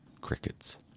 Crickets